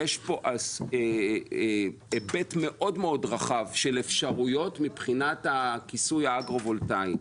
יש פה היבט מאוד רחב של אפשרויות מבחינת הכיסוי האגרו-וולטאי.